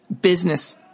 business